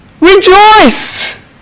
rejoice